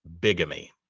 bigamy